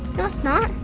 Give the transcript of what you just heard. no it's not.